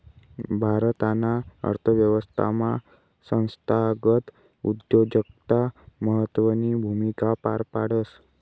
भारताना अर्थव्यवस्थामा संस्थागत उद्योजकता महत्वनी भूमिका पार पाडस